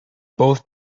both